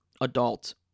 adult